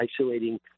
isolating